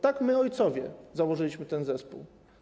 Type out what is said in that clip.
Tak, my, ojcowie, założyliśmy ten zespół.